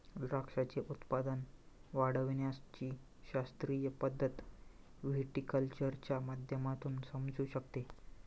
द्राक्षाचे उत्पादन वाढविण्याची शास्त्रीय पद्धत व्हिटीकल्चरच्या माध्यमातून समजू शकते